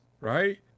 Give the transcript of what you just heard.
right